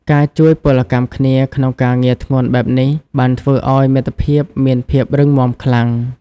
ការជួយពលកម្មគ្នាក្នុងការងារធ្ងន់បែបនេះបានធ្វើឱ្យមិត្តភាពមានភាពរឹងមាំខ្លាំង។